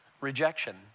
rejection